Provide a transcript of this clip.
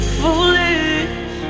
foolish